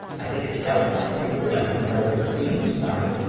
i think it's healthy for you to let him know your feelings about it,